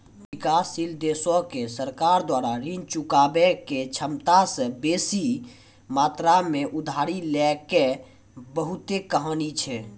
विकासशील देशो के सरकार द्वारा ऋण चुकाबै के क्षमता से बेसी मात्रा मे उधारी लै के बहुते कहानी छै